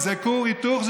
זה כור היתוך?